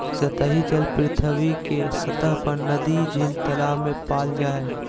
सतही जल पृथ्वी के सतह पर नदी, झील, तालाब में पाल जा हइ